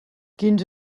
quins